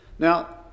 Now